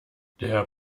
der